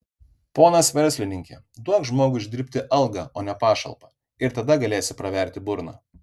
ponas verslininke duok žmogui uždirbti algą o ne pašalpą ir tada galėsi praverti burną